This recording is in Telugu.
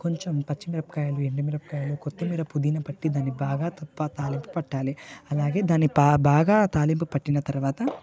కొంచెం పచ్చిమిరపకాయలు ఎండు మిరపకాయలు కొత్తిమీర పుదీనా పట్టి దాన్ని బాగా తుప్పా తాలింపు పట్టాలి అలాగే దాన్ని బాగా తాలింపు పట్టిన తర్వాత